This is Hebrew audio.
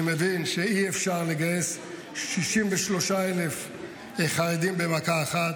אני מבין שאי-אפשר לגייס 63,000 חרדים במכה אחת,